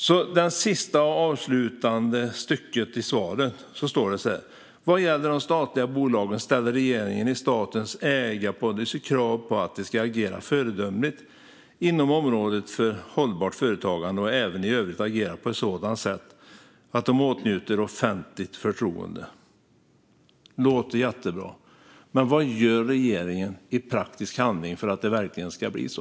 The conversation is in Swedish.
I det sista, avslutande stycket i svaret står det så här: "Vad gäller de statliga bolagen ställer regeringen i statens ägarpolicy krav på att de ska agera föredömligt inom området hållbart företagande och även i övrigt agera på ett sådant sätt att de åtnjuter offentligt förtroende." Det låter jättebra. Men vad gör regeringen i praktisk handling för att det verkligen ska bli så?